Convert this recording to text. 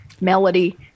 Melody